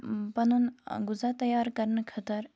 پَنُن غزا تیار کَرنہٕ خٲطرٕ